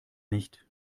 nicht